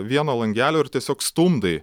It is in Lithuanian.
vieno langelio ir tiesiog stumdai